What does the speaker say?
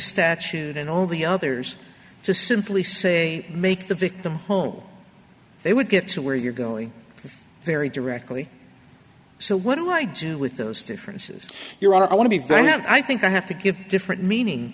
statute and all the others to simply say make the victim home they would get to where you're going very directly so what do i do with those differences here i want to be very not i think i have to give different meaning